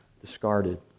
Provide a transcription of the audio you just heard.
discarded